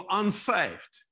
unsaved